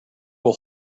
will